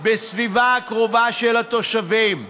בסביבה הקרובה של התושבים.